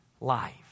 life